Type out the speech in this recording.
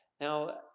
Now